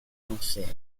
cancers